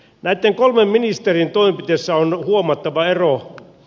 näitten kolmen ministerin toimenpiteissä on huomattava ero